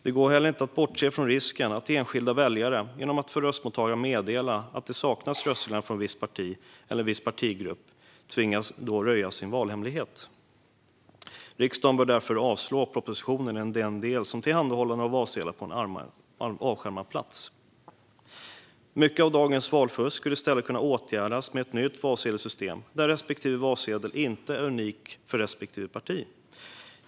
Det går heller inte att bortse från risken att enskilda väljare, genom att de meddelar röstmottagarna att det saknas röstsedlar från ett visst parti eller en viss partigrupp, tvingas röja sin valhemlighet. Riksdagen bör därför avslå propositionen i den del som avser tillhandahållande av valsedlar på en avskärmad plats. Mycket av dagens valfusk skulle i stället kunna åtgärdas med ett nytt valsedelssystem, där respektive valsedel inte är unik för respektive parti.